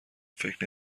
فکر